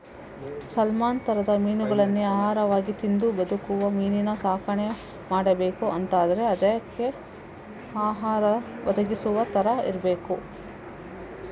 salmon ತರದ ಮೀನುಗಳನ್ನೇ ಆಹಾರವಾಗಿ ತಿಂದು ಬದುಕುವ ಮೀನಿನ ಸಾಕಣೆ ಮಾಡ್ಬೇಕು ಅಂತಾದ್ರೆ ಅದ್ಕೆ ಆಹಾರ ಒದಗಿಸುವ ತರ ಇರ್ಬೇಕು